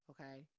Okay